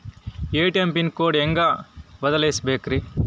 ATM pin code ಹೆಂಗ್ ಬದಲ್ಸ್ಬೇಕ್ರಿ?